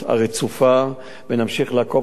הרצופה ונמשיך לעקוב אחר הפעילות,